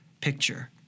picture